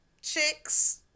chicks